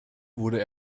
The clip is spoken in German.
wurde